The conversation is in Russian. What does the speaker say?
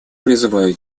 призываю